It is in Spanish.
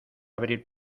abrir